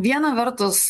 viena vertus